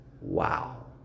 Wow